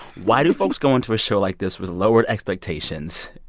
why do folks go into a show like this with lowered expectations?